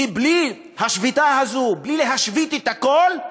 כי בלי השביתה הזו, בלי להשבית את הכול,